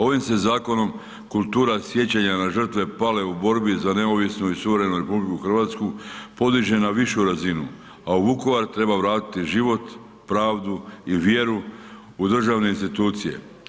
Ovim se zakonom kultura sjećanja na žrtve pale u borbi za neovisnu i suverenu RH podiže na višu razinu, a u Vukovar treba vratiti život, pravdu i vjeru u državne institucije.